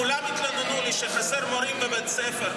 כולם התלוננו לי שחסרים מורים בבית הספר,